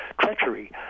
treachery